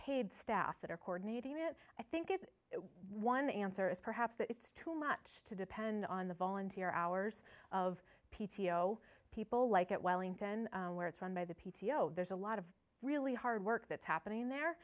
paid staff that are coordinating it i think it one answer is perhaps that it's too much to depend on the volunteer hours of p t o people like at wellington where it's run by the p t o there's a lot of really hard work that's happening there